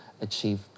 achieve